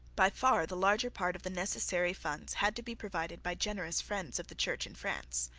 by far the larger part of the necessary funds had to be provided by generous friends of the church in france.